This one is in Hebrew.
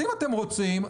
אם אתם רוצים,